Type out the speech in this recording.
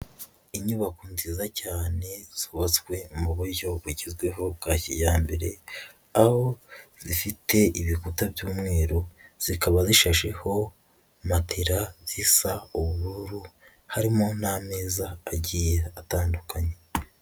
Inyubako nziza cyane zubatswe mu buryo bugezweho bwa kijyambere, aho zifite ibikuta by'umweru, zikaba zishasheho matera zisa ubururu, harimo n'ameza agiye atandukanye.